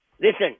Listen